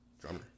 Drummer